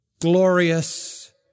glorious